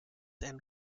and